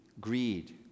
greed